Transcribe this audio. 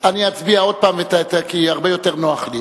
אני אצביע עוד פעם כי הרבה יותר נוח לי.